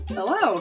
hello